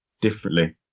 differently